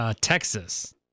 Texas